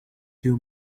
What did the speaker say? two